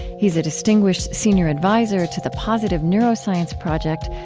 he's a distinguished senior advisor to the positive neuroscience project,